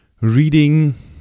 reading